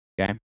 Okay